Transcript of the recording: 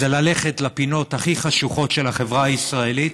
זה ללכת לפינות הכי חשוכות של החברה הישראלית,